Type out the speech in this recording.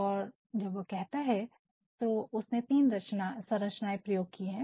और जब वह कहता है तो उसने तीन संरचनाएं प्रयोग किए हैं